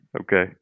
Okay